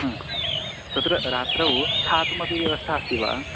ह तत्र रात्रौ स्थातुम् अपि व्यवस्था अस्ति वा